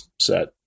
set